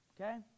okay